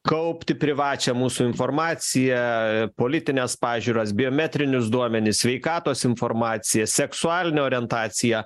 kaupti privačią mūsų informaciją politines pažiūras biometrinius duomenis sveikatos informaciją seksualinę orientaciją